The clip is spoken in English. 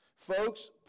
Folks